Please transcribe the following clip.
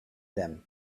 them